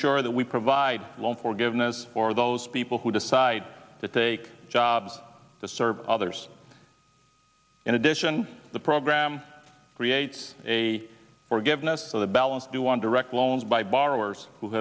sure that we provide loan forgiveness for those people who decide to take jobs to serve others in addition the program creates a forgiveness for the balance due on direct loans by borrowers who